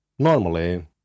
Normally